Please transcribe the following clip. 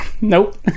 Nope